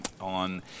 on